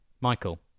Michael